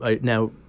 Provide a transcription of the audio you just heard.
now